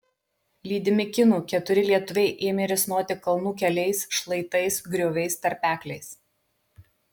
lydimi kinų keturi lietuviai ėmė risnoti kalnų keliais šlaitais grioviais tarpekliais